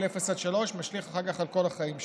אפס עד שלוש משליך אחר כך על כל החיים שלו.